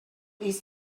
it’s